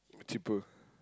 cheaper